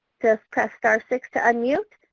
just press star six to unmute.